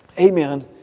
amen